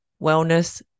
wellness